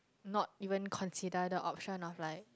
not even consider the option of like